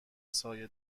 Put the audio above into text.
سایه